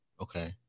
Okay